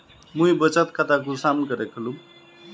मुई बचत खता कुंसम करे खोलुम?